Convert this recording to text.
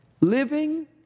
living